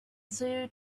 zoo